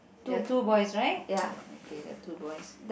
there are two boys right okay there are two boys